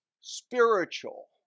spiritual